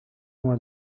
uma